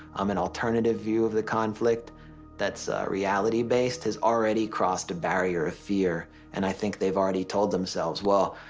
um an alternative view of the conflict thatis reality-based, has already crossed a barrier of fear, and i think theyive already told themselves, well,